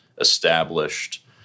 established